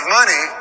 money